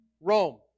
Rome